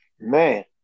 Man